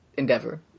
endeavor